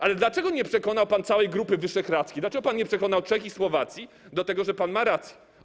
Ale dlaczego nie przekonał pan całej Grupy Wyszehradzkiej, dlaczego pan nie przekonał Czech i Słowacji do tego, że pan ma rację?